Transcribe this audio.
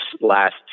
last